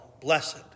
blessed